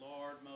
Lord